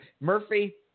Murphy